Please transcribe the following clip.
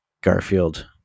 garfield